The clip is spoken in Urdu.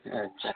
اچھا